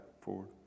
forward